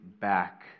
back